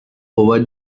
over